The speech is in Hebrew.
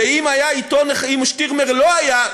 ואם "שטירמר" לא היה,